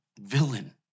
villain